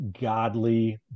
godly